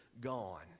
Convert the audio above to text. gone